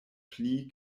pli